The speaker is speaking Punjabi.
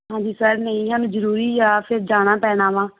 ਹਾਂਜੀ ਸਰ ਨਹੀਂ ਹਾਨੂੰ ਜ਼ਰੂਰੀ ਆ ਫਿਰ ਜਾਣਾ ਪੈਣਾ ਵਾ